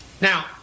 now